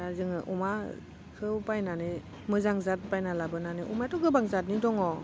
दा जोङो अमाखौ बायनानै मोजां जाद बायना लाबोनानै अमाथ' गोबां जादनि दङ